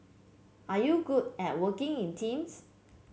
are you good at working in teams